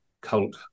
cult